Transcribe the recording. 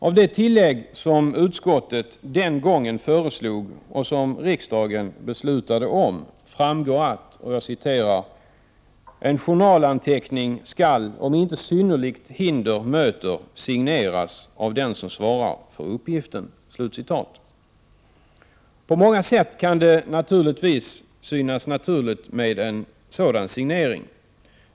Av det tillägg som utskottet den gången föreslog och som riksdagen beslutade om framgår: ”En journalanteckning skall om inte synnerligt hinder möter signeras av den som svarar för uppgiften.” På många sätt kan det naturligtvis synas naturligt med en sådan signering.